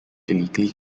illegally